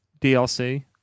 DLC